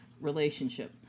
relationship